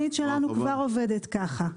התוכנית שלנו כבר עובדת כך.